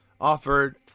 Offered